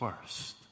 first